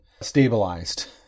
stabilized